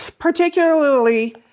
particularly